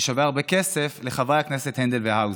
ששווה הרבה כסף, לחברי הכנסת הנדל והאוזר.